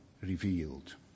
revealed